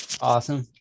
Awesome